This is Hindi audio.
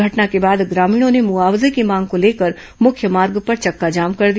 घटना के बाद ग्रामीणों ने मुआवजे की मांग को लेकर मुख्य मार्ग पर चक्काजाम कर दिया